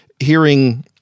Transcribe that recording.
hearing